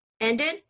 ended